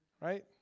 right